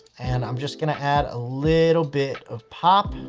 and i'm just going to add a little bit of pop,